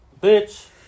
bitch